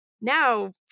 Now